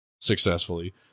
successfully